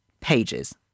Pages